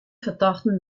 fertochten